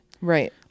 Right